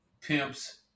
pimps